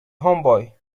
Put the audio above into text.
homeboy